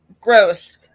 gross